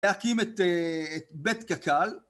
להקים את בית קק"ל.